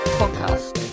podcast